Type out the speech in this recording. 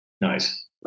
Nice